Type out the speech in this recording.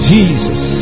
Jesus